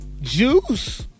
juice